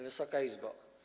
Wysoka Izbo!